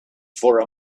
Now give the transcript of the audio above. for